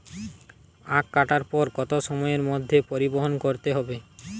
আখ কাটার পর কত সময়ের মধ্যে পরিবহন করতে হবে?